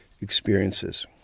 experiences